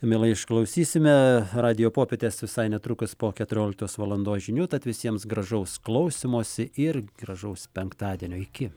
mielai išklausysime radijo popietės visai netrukus po keturioliktos valandos žinių tad visiems gražaus klausymosi ir gražaus penktadienio iki